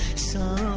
so